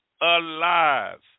alive